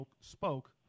spoke